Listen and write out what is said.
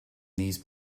these